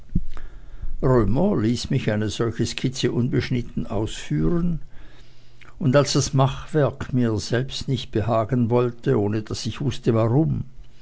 ließ mich eine solche skizze unbeschnitten ausführen und als das machwerk mir selbst nicht behagen wollte ohne daß ich wußte warum